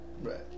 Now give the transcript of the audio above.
Right